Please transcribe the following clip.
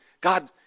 God